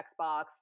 xbox